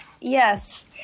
yes